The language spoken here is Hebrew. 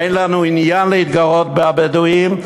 אין לנו עניין להתגרות בבדואים.